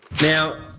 Now